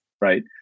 right